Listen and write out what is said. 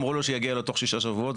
אמרו לו שיגיע לו תוך שישה שבועות.